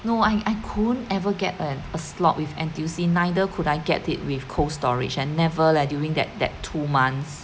no I I couldn't ever get a a slot with N_T_U_C neither could I get it with Cold Storage and never leh during that that two months